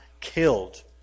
killed